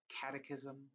Catechism